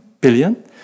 billion